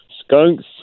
skunks